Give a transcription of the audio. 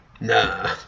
Nah